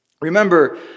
Remember